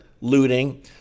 looting